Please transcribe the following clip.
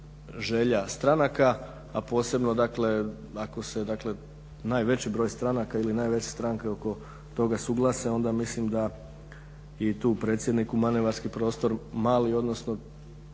želja stranaka, a posebno dakle ako se dakle najveći broj stranaka ili najveće stranke oko toga suglase onda mislim da je i tu predsjedniku manevarski prostor mali, odnosno